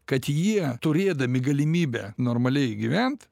kad jie turėdami galimybę normaliai gyvent